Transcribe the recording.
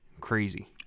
Crazy